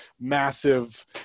massive